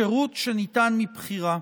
שירות שניתן מבחירה.